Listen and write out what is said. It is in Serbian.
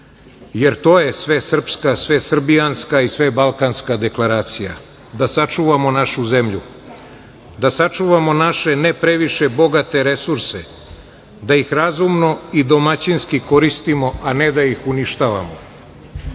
jer to je svesrpska, svesrbijanska i svebalkanska deklaracija, da sačuvamo našu zemlju, da sačuvamo naše ne previše bogate resurse, da ih razumno i domaćinski koristimo, a ne da ih uništavamo.